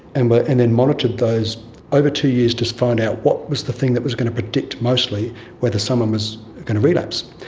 and but and then monitored those over two years to find out what was the thing that was going to predict mostly whether someone was going to relapse.